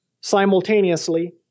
simultaneously